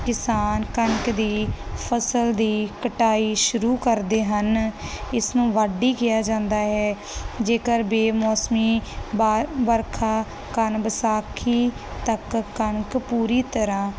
ਕਿਸਾਨ ਕਣਕ ਦੀ ਫਸਲ ਦੀ ਕਟਾਈ ਸ਼ੁਰੂ ਕਰਦੇ ਹਨ ਇਸ ਨੂੰ ਵਾਡੀ ਕਿਹਾ ਜਾਂਦਾ ਹੈ ਜੇਕਰ ਬੇਮੌਸਮੀ ਵਾ ਵਰਖਾ ਕਨ ਵਿਸਾਖੀ ਤੱਕ ਕਨਕ ਪੂਰੀ ਤਰਹਾਂ